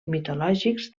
mitològics